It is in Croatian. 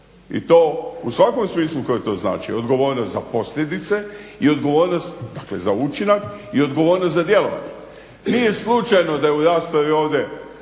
i to u svakom smislu koji to znači. Odgovornost za posljedice i odgovornost dakle za učinak i odgovornost za djelovanje. Nije slučajno da je u raspravi ovdje